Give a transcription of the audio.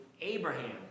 Abraham